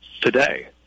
today